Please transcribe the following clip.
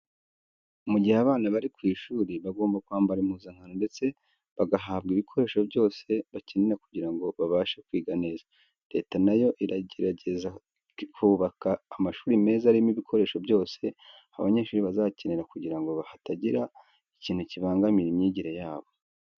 Mu gihe abana bari ku ishuri bagomba kwambara impuzankano ndetse bagahabwa ibikoresho byose bakenera kugira ngo babashe kwiga neza. Leta na yo iragerageza ikubaka amashuri meza arimo ibikoresho byose abanyeshuri bazakenera kugira ngo hatagira ikintu kibangamira imyigire yabo.